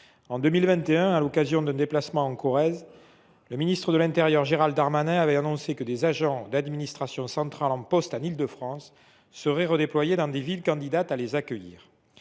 en 2021, à l’occasion d’un déplacement en Corrèze, le ministre de l’intérieur Gérald Darmanin avait annoncé que des agents d’administration centrale en poste en Île de France seraient redéployés dans des villes se portant candidates pour les accueillir.